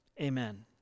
amen